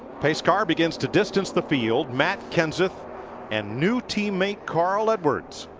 pace car begins to distance the field. matt kenseth and new teammate carl edwards.